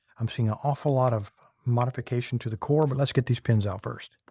i'm seeing an awful lot of modification to the core, but let's get these pins out first.